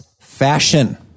fashion